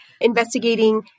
investigating